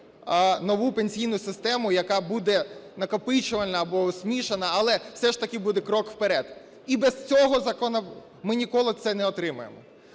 нову пенсійну систему, яка буде накопичувальна або змішана, але все ж таки буде крок вперед. І без цього закону ми ніколи це не отримаємо.